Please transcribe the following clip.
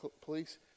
police